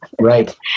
Right